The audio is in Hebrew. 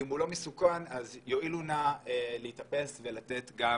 ואם הוא לא מסוכן אז יואיל נא להתאפס ולתת גם